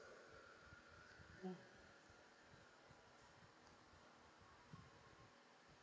mm